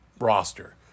roster